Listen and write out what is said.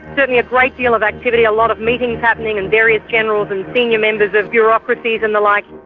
certainly a great deal of activity, a lot of meetings happening and various generals and senior members of bureaucracies and the like.